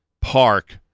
park